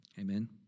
Amen